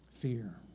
fear